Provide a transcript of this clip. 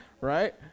right